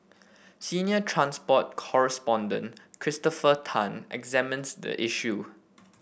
senior transport correspondent Christopher Tan examines the issue